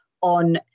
on